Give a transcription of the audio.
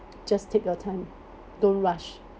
just take your time don't rush